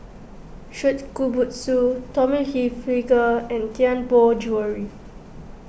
Shokubutsu Tommy Hilfiger and Tianpo Jewellery